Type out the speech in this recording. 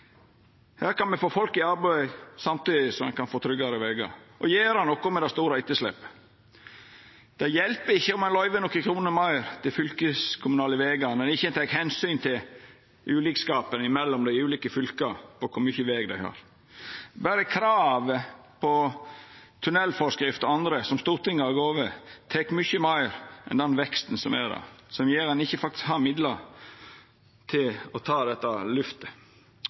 Her kan me få folk i arbeid samtidig som me kan få tryggare vegar og gjera noko med det store etterslepet. Det hjelper ikkje om ein løyver nokre kroner meir til fylkeskommunale vegar når ein ikkje tek omsyn til ulikskapen mellom dei ulike fylka på kor mykje veg dei har. Berre krav om tunnelforskrift og anna som Stortinget har gjeve, tek mykje meir enn den veksten som er der, noko som gjer at ein faktisk ikkje har midlar til å ta dette lyftet.